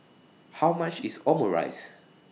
How much IS Omurice